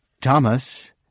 Thomas